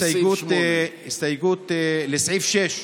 לסעיף 8. הסתייגות לסעיף 6,